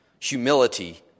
humility